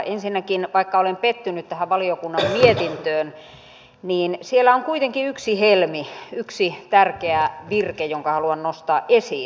ensinnäkin vaikka olen pettynyt tähän valiokunnan mietintöön niin siellä on kuitenkin yksi helmi yksi tärkeä virke jonka haluan nostaa esiin